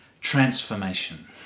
transformation